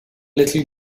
little